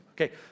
Okay